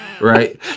right